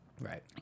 Right